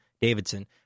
davidson